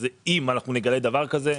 אז אם אנחנו נגלה דבר כזה,